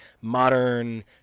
modern